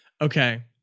Okay